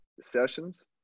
sessions